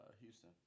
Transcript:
Houston